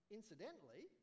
incidentally